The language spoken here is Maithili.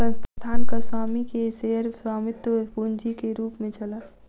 संस्थानक स्वामी के शेयर स्वामित्व पूंजी के रूप में छल